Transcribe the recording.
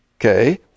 Okay